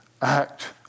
act